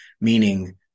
meaning